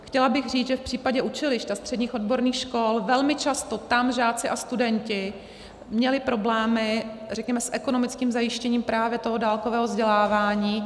Chtěla bych říct, že v případě učilišť a středních odborných škol velmi často tam žáci a studenti měli problémy, řekněme, s ekonomickým zajištěním právě toho dálkového vzdělávání.